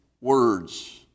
words